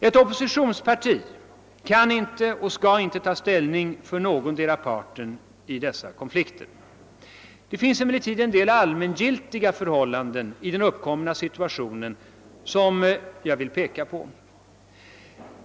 Ett oppositionsparti kan och skall inte ta ställning för någondera parten i sådana konflikter. Det finns emellertid en del allmängiltiga förhållanden i den uppkomna situationen som jag vill peka på.